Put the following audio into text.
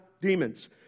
demons